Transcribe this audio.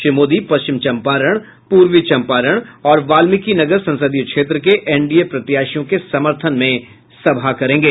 श्री मोदी पश्चिम चंपारण पूर्वी चंपारण और वाल्मिकीनगर संसदीय क्षेत्र के एनडीए प्रत्याशियों के समर्थन में सभा करेंगे